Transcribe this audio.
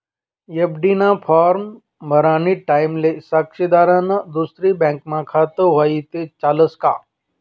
FD ना form भरानी टाईमले साक्षीदारनं दुसरी बँकमा खातं व्हयी ते चालस का